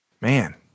Man